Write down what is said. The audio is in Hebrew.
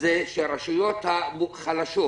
זה שהרשויות החלשות